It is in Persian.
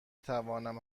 توانم